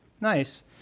Nice